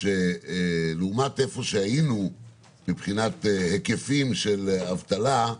שלעומת איפה שהיינו מבחינת היקפים של אבטלה,